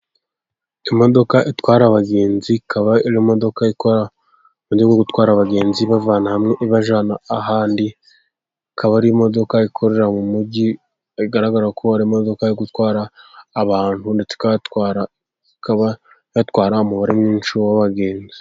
Imodoka itwara abagenzi, ikaba ari imodoka ikora muburyo bwo gutwara abagenzi ibavana ibajana ahandi, ikaba ari imodoka ikorera mu mujyi bigaragara, kubera imodoka yo gutwara abantu ndetse ikabatwara ikaba yatwara umubare mwinshi w'abagenzi.